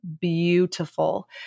beautiful